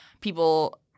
people